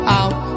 out